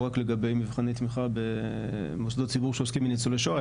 לא רק לגבי מבחני תמיכה במוסדות ציבור שעוסקים עם ניצולי שואה,